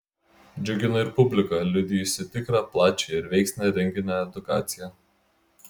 džiugino ir publika liudijusi tikrą plačią ir veiksnią renginio edukaciją